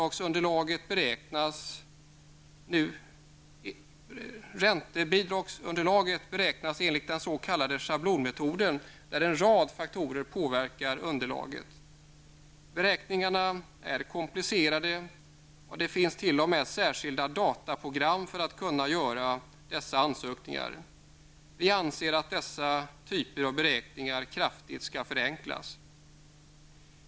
schablonmetoden, där en rad faktorer påverkar underlaget. Beräkningarna är komplicerade och det finns t.o.m. särskilda dataprogram för att man skall kunna göra dessa ansökningar. Vi anser att dessa typer av beräkningar kraftigt skall förenklas.